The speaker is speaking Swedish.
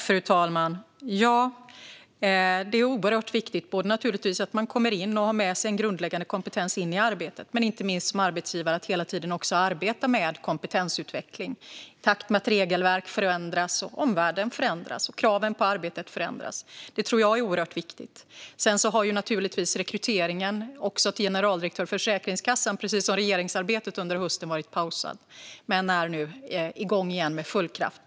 Fru talman! Det är oerhört viktigt att man kommer och har med sig en grundläggande kompetens in i arbetet. Men det är också, och inte minst, viktigt att man som arbetsgivare hela tiden arbetar med kompetensutveckling i takt med att regelverk förändras, omvärlden förändras och kraven på arbetet förändras. Det tror jag är oerhört viktigt. Rekryteringen till generaldirektör för Försäkringskassan har precis som regeringsarbetet under hösten varit pausad. Men den är nu igång igen med full kraft.